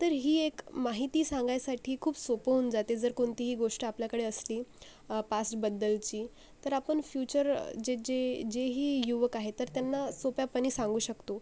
तर ही एक माहिती सांगायसाठी खूप सोपं होऊन जाते जर कोणतीही गोष्ट आपल्याकडे असली पासबद्दलची तर आपण फ्यूचर जे जे जेही युवक आहे तर त्यांना सोप्यापणे सांगू शकतो